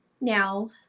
Now